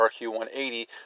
rq-180